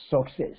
success